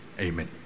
Amen